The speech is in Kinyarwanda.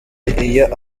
iyo